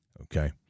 Okay